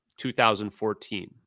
2014